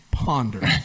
ponder